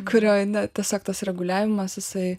kurioje na tas aktas reguliavimas jisai